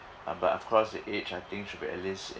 uh but of course the age I think should be at least